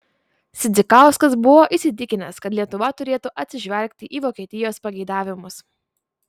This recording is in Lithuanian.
sidzikauskas buvo įsitikinęs kad lietuva turėtų atsižvelgti į vokietijos pageidavimus